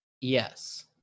yes